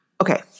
Okay